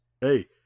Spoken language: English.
Hey